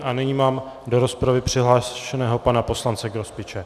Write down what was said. A nyní mám do rozpravy přihlášeného pana poslance Grospiče.